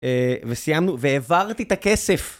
וסיימנו, והעברתי את הכסף.